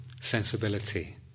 sensibility